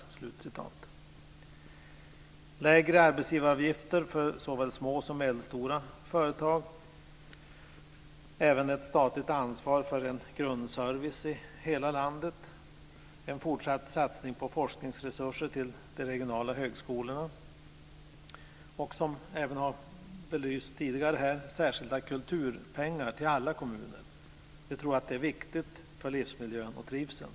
Det handlar också om lägre arbetsgivaravgifter för såväl små som medelstora företag och om ett statligt ansvar för en grundservice i hela landet. Det handlar om en fortsatt satsning på forskningsresurser till de regionala högskolorna och, som även har belysts tidigare, om särskilda kulturpengar till alla kommuner. Jag tror att det är viktigt för livsmiljön och trivseln.